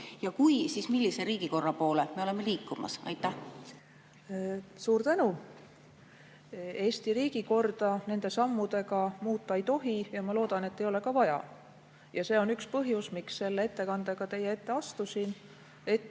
Ja kui, siis millise riigikorra poole me oleme liikumas? Suur tänu! Eesti riigikorda nende sammudega muuta ei tohi ja ma loodan, et ei ole ka vaja. See on üks põhjus, miks selle ettekandega teie ette astusin: et